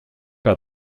pas